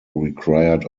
required